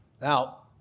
Now